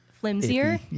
flimsier